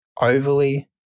overly